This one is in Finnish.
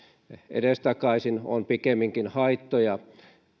edestakaisin on pikemminkin haittoja